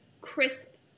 crisp